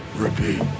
repeat